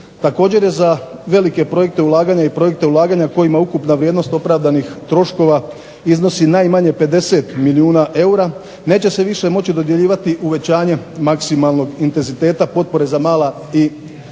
Također je za velike projekte ulaganja i projekte ulaganja kojima ukupna vrijednost opravdanih troškova iznosi najmanje 50 milijuna eura neće se više moći dodjeljivati uvećanje maksimalnog intenziteta potpore za mala i,